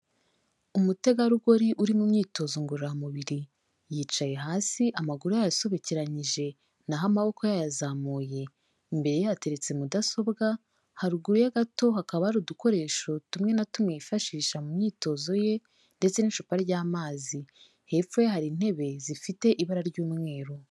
Umutegarugori uri mu myitozo ngororamubiri, yicaye hasi amaguru yayasobekeranyije, naho amaboko yayazamuye, imbere yateretse mudasobwa, haruguru ye gato hakaba hari udukoresho tumwe na tumwe yifashisha mu myitozo ye ndetse n'icupa ry'amazi. Hepfo hari intebe zifite ibara ry'umweru.